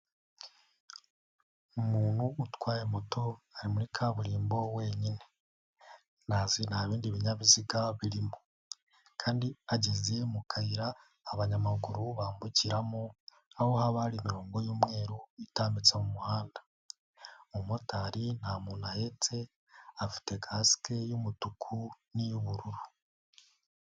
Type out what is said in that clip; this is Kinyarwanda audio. Umuntu utwaye moto ari muri kaburimbo wenyine, ntazi nta bindi binyabiziga birimo kandi ageze mu kayira abanyamaguru bambukiramo aho haba hari imirongo y'umweru itambitse mu muhanda, umumotari nta muntu ahetse afite kasike y'umutuku n'iy'ubururu.